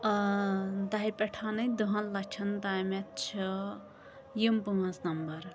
ٲں دہہِ پٮ۪ٹھ دَہَن لَچھَن تام چھِ یِم پانٛژھ نَمبَر